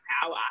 power